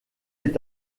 est